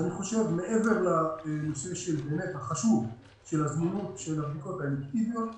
מעבר לנושא החשוב של זמינות הבדיקות האלקטיביות,